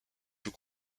fut